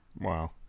Wow